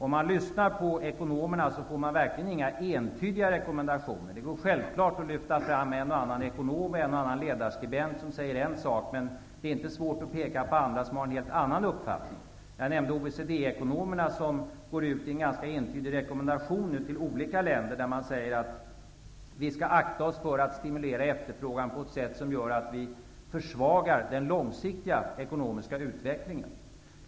Om man lyssnar på ekonomerna får man verkligen inte några entydiga rekommendationer. Det går självklart att lyfta fram en och annan ekonom och en och annan ledarskribent som säger en sak, men det är inte svårt att peka på andra som har en helt annan uppfattning. Jag nämnde OECD-ekonomerna, som nu går ut i en ganska entydig rekommendation till olika länder där de säger att man skall akta sig för att stimulera efterfrågan på ett sätt som gör att man försvagar den långsiktiga ekonomiska utvecklingen.